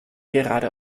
gerade